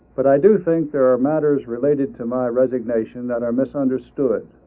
but i do think there are matters related to my resignation that are misunderstood.